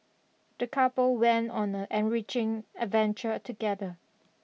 the couple went on a enriching adventure together